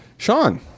Sean